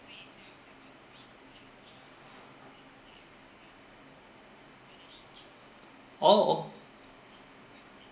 orh oh